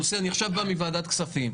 הנושא אני עכשיו בא מוועדת הכספים.